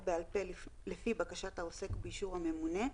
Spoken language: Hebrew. או בעל פה לפי בקשת העוסק ובאישור הממונה,